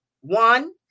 One